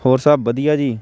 ਹੋਰ ਸਭ ਵਧੀਆ ਜੀ